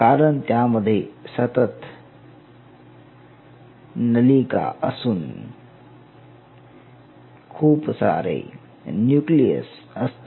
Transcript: कारण त्यामध्ये सतत नलिका असून खूप सारे न्यूक्लियस असतात